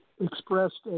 expressed